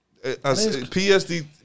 PSD